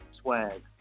Swag